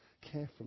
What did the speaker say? carefully